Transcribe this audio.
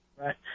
Right